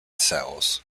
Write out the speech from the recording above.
cells